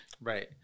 right